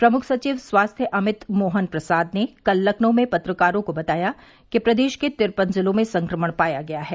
प्रमुख सचिव स्वास्थ्य अमित मोहन प्रसाद ने कल लखनऊ में पत्रकारों को बताया कि प्रदेश के तिरपन जिलों में संक्रमण पाया गया है